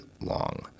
long